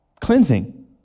cleansing